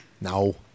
No